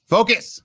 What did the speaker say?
Focus